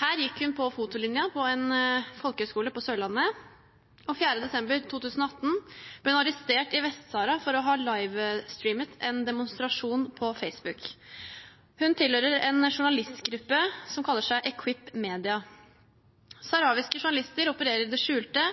Her gikk hun på fotolinjen på en folkehøyskole på Sørlandet. Den 4. desember 2018 ble hun arrestert i Vest-Sahara for å ha «livestream»-et en demonstrasjon på Facebook. Hun tilhører en journalistgruppe som kaller seg Equipe Media. Saharawiske journalister opererer i det skjulte.